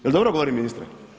Jel dobro govorim ministre?